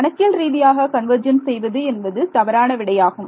கணக்கியல் ரீதியாக கன்வர்ஜென்ஸ் செய்வது என்பது தவறான விடையாகும்